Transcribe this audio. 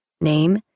name